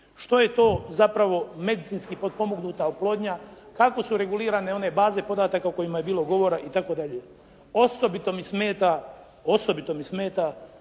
što je to zapravo medicinski potpomognuta oplodnja? Kako su regulirane one baze podataka o kojima je bilo govora i tako dalje? Osobito mi smeta, osobito mi smeta